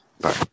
Bye